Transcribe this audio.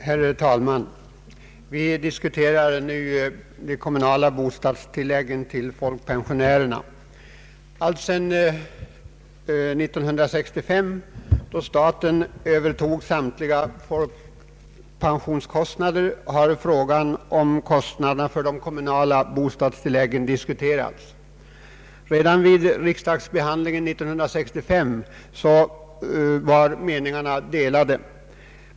Herr talman! Vi diskuterar nu de kommunala bostadstilläggen till folkpensionärerna. Alltsedan 1965, då staten övertog samtliga folkpensionskostnader, utom bostadstilläggen, har frågan om kostnaderna för de kommunala bostadstilläggen diskuterats. Redan vid riksdagsbehandlingen 1965 var meningarna delade.